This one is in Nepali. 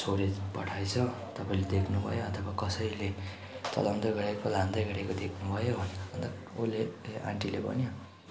छोडेँ पठाएछ तपाईँले देख्नु भयो अथवा कसैले चलाउँदै गरेको लाँदै गरेको देख्नु भयो भनेँ अन्त उसले आन्टीले भन्यो